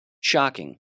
Shocking